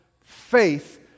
faith